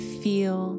feel